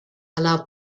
allow